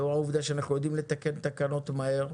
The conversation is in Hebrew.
לאור העובדה שאנחנו יודעים לתקן תקנות מהר,